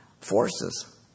forces